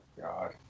God